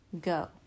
go